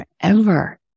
forever